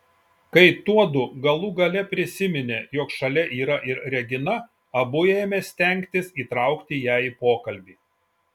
kai tuodu galų gale prisiminė jog šalia yra ir regina abu ėmė stengtis įtraukti ją į pokalbį